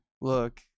look